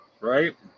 Right